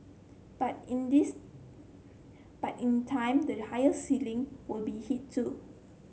but in this but in time the higher ceiling will be hit too